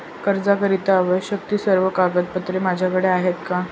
कर्जाकरीता आवश्यक ति सर्व कागदपत्रे माझ्याकडे आहेत का?